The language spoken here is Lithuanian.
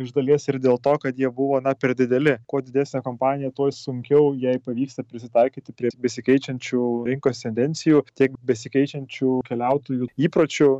iš dalies ir dėl to kad jie buvo per dideli kuo didesnė kompanija tuo sunkiau jai pavyksta prisitaikyti prie besikeičiančių rinkos tendencijų tiek besikeičiančių keliautojų įpročių